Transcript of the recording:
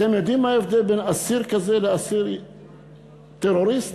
אתם יודעים מה ההבדל בין אסיר כזה לבין אסיר טרוריסט?